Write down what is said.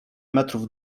metrów